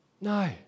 no